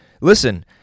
Listen